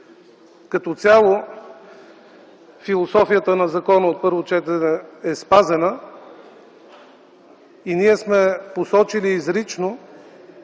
Като цяло философията на законопроекта на първо четене е спазена. Ние сме посочили изрично